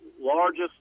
largest